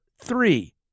three